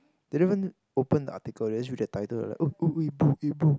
they don't even open the article they just read the title like oh oh eh bro eh bro